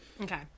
Okay